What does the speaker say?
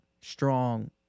strong